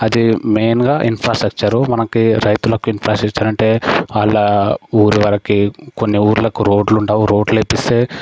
అది మెయిన్గా ఇన్ఫ్రాస్ట్రక్చర్ మనకి రైతులకు ఇన్ఫ్రాస్ట్రక్చర్ అంటే వాళ్ళ ఊరి వరికి కొన్ని ఊర్లకు రోడ్లు ఉండవు రోడ్లు వేపిస్తే